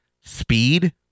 Speed